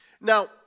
Now